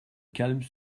calme